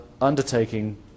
undertaking